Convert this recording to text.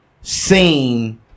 seen